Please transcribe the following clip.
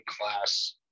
class